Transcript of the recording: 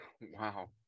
Wow